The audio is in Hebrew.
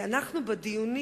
שעבדו,